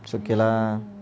it's okay lah